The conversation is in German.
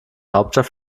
hauptstadt